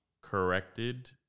corrected